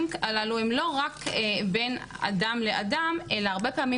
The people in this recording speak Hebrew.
הללו הם לא רק בין אדם לאדם אלא הרבה פעמים